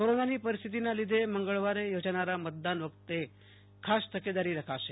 કોરોનાની પરિસ્થિતિના લીધે મંગળવારે યોજાનારા મતદાન વખતે ખાસ તકેદારી રખાશે